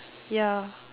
ya